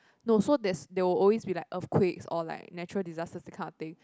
no so there's there will also be like earthquakes or like natural disasters that these kind of thing